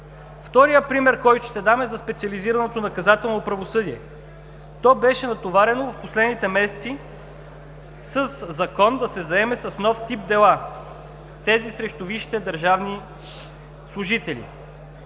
Вторият пример, който ще дам, е за Специализираното наказателно правосъдие. То беше натоварено в последните месеци със закон да се заеме с нов тип дела – тези срещу висшите държавни служители.